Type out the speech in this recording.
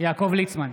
יעקב ליצמן,